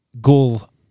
Goal